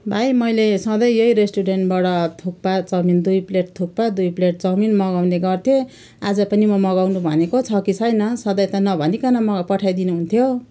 भाइ मैले सधैँ यही रेस्टुरेन्टबाट थुक्पा चाउमिन दुई प्लेट थुक्पा दुई प्लेट चाउमिन मगाउने गर्थेँ आज पनि म मगाउनु भनेको छ कि छैन सधैँ नभनिकन म पठाइदिनुहुन्थ्यो